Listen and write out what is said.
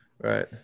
Right